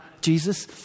Jesus